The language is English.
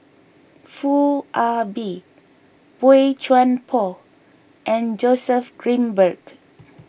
Foo Ah Bee Boey Chuan Poh and Joseph Grimberg